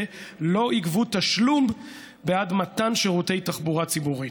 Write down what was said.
לא יגבו תשלום בעד מתן שירותי תחבורה ציבורית.